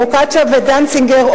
פרוקצ'יה ודנציגר,